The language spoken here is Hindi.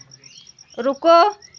रुको